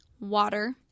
Water